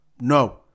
No